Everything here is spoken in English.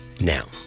Now